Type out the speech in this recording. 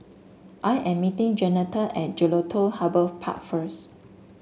I am meeting Jeanetta at Jelutung Harbour Park first